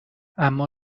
اما